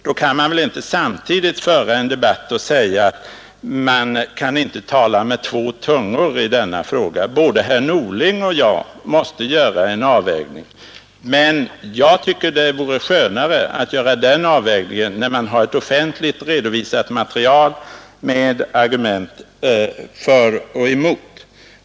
Då kan man väl inte samtidigt hänga upp debatten på en uppmaning till mig att inte tala med två tungor i denna fråga! Både herr Norling och jag måste göra en avvägning, men jag tycker att det vore bättre att få göra den avvägningen när man har ett offentligt redovisat material med argument för och emot.